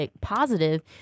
positive